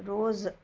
rose